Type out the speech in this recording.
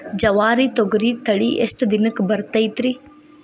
ಜವಾರಿ ತೊಗರಿ ತಳಿ ಎಷ್ಟ ದಿನಕ್ಕ ಬರತೈತ್ರಿ?